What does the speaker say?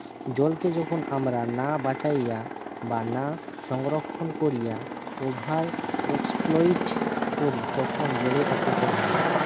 জলকে যখন আমরা না বাঁচাইয়া বা না সংরক্ষণ কোরিয়া ওভার এক্সপ্লইট করি তখন জলের অপচয় হয়